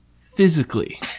physically